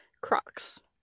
Crocs